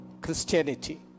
Christianity